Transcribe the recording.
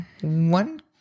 One